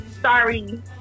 Sorry